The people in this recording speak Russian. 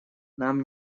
нам